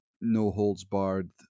no-holds-barred